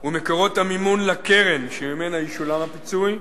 ומקורות המימון לקרן שממנה ישולם הפיצוי,